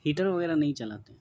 heater وغیرہ نہیں چلاتے ہیں